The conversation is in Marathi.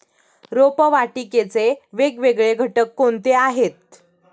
रोपवाटिकेचे वेगवेगळे घटक कोणते आहेत?